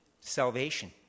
salvation